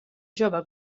jove